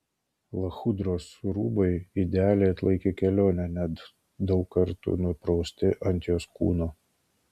lachudros rūbai idealiai atlaikė kelionę net daug kartų nuprausti ant jos kūno